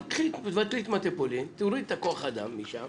אבל תבטלי את מטה פולין, תורידי את כוח האדם משם